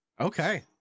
Okay